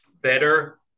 better